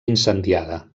incendiada